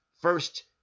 first